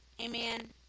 Amen